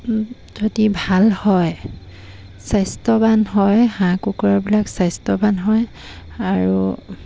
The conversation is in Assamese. যদি ভাল হয় স্বাস্থ্যৱান হয় হাঁহ কুকুৰাবিলাক স্বাস্থ্যৱান হয় আৰু